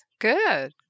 Good